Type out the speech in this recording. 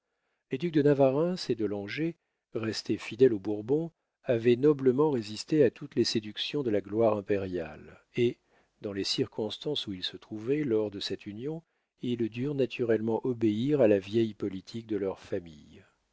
ducs de navarreins et de langeais restés fidèles aux bourbons avaient noblement résisté à toutes les séductions de la gloire impériale et dans les circonstances où ils se trouvaient lors de cette union ils durent naturellement obéir à la vieille politique de leurs familles